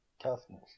Toughness